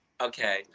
Okay